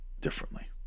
differently